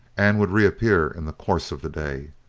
and would reappear in the course of the day.